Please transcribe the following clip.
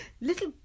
Little